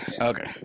okay